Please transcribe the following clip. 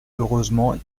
heureusement